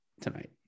tonight